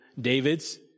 David's